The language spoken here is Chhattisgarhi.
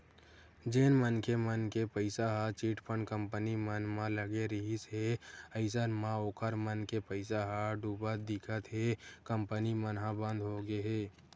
जेन मनखे मन के पइसा ह चिटफंड कंपनी मन म लगे रिहिस हे अइसन म ओखर मन के पइसा ह डुबत दिखत हे कंपनी मन ह बंद होगे हे